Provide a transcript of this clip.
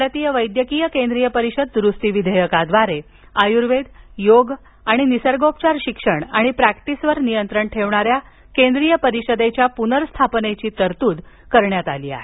भारतीय वैद्यकीय केंद्रीय परिषद दुरुस्ती विधेयकाद्वारे आयुर्वेद योग आणि निसर्गोपचार शिक्षण आणि प्रॅक्टिसवर नियंत्रण ठेवणाऱ्या केंद्रीय परिषदेच्या पुनर्स्थापनेची तरतूद करण्यात आली आहे